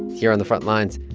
here on the front lines,